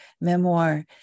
memoir